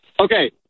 Okay